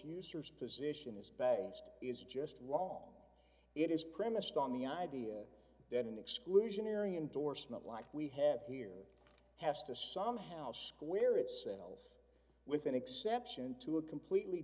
users position is balanced is just wrong it is premised on the idea that an exclusionary endorsement like we have here has to somehow square its cells with an exception to a completely